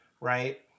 right